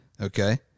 Okay